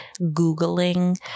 Googling